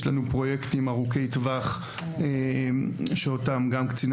יש לנו פרויקטים ארוכי טווח שאותם גם קציני